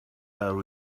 are